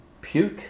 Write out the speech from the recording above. puke